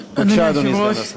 בבקשה, אדוני סגן השר.